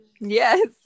Yes